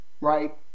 right